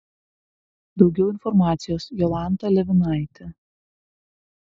daugiau informacijos jolanta levinaitė